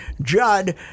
Judd